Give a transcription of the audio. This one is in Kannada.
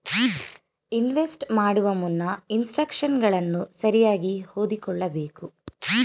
ಇನ್ವೆಸ್ಟ್ ಮಾಡುವ ಮುನ್ನ ಇನ್ಸ್ಟ್ರಕ್ಷನ್ಗಳನ್ನು ಸರಿಯಾಗಿ ಓದಿಕೊಳ್ಳಬೇಕು